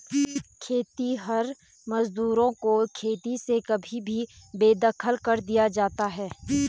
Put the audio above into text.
खेतिहर मजदूरों को खेती से कभी भी बेदखल कर दिया जाता है